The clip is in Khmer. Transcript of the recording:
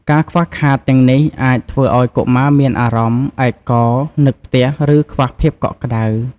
ការខ្វះខាតទាំងនេះ អាចធ្វើឱ្យកុមារមានអារម្មណ៍ឯកោ នឹកផ្ទះ ឬខ្វះភាពកក់ក្ដៅ។